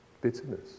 bitterness